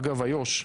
אגב איו"ש,